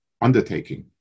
undertaking